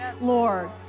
Lord